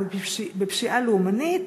או בפשיעה לאומנית,